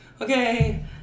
okay